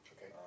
Okay